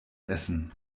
essen